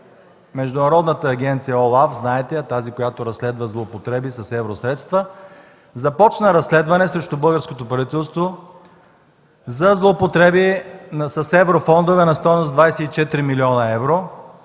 Международната агенция ОЛАФ, знаете я – тази, която разследва злоупотреби с евросредства, започна разследване срещу българското правителство за злоупотреби с еврофондове на стойност 24 млн. евро